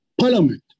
Parliament